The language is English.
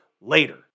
later